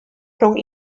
rhwng